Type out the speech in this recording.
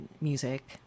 music